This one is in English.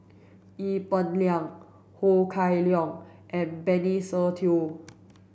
Ee Peng Liang Ho Kah Leong and Benny Se Teo